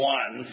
one